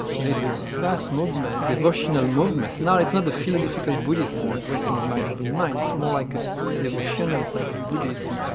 there is a vast movement, devotional movement. now, it's not the philosophical buddhism that westerners might have in mind, it's more like ah devotional type of buddhism,